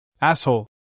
Asshole